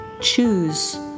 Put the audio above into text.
Choose